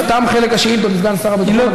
אז תם חלק השאילתות לסגן שר הביטחון,